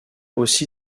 aussi